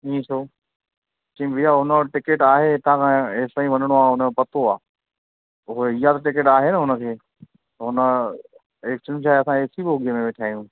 इएं छो चई भैया हुन वटि टिकेट आहे हितां खां हेसि ताईं वञिणो आहे हुनजो पको आहे उहो हींअर टिकेट आहे न हुनखे त हुन एक्चुली छाहे असां ए सी बोगीअ में वेठा आहियूं